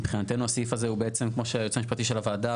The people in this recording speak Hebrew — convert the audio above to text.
מבחינתו הסעיף הזה הוא בעצם כמו שהיועץ המשפטי של הוועדה,